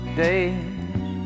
days